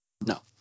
No